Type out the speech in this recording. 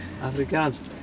Afrikaans